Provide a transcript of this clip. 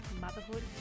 motherhood